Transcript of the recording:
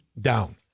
down